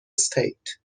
state